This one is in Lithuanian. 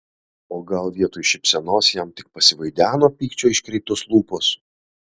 o gal vietoj šypsenos jam tik pasivaideno pykčio iškreiptos lūpos